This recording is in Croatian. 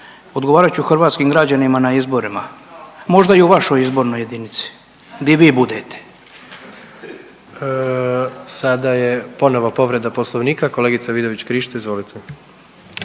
odgovarat ću hrvatskim građanima na izborima. Možda i u vašoj izbornoj jedinici di vi budete.